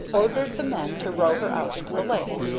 ordered the men to row her out into the lake.